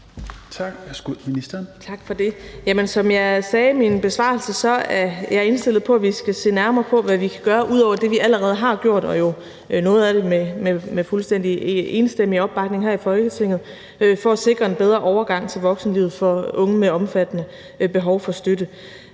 (Astrid Krag): Tak for det. Som jeg sagde i min besvarelse, er jeg indstillet på, at vi skal se nærmere på, hvad vi kan gøre ud over det, vi allerede har gjort, hvor noget af det jo er gjort med fuldstændig enstemmig opbakning her i Folketinget, for at sikre en bedre overgang til voksenlivet for unge med omfattende behov for støtte.